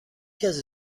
کسی